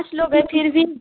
पाँच लोग है फिर भी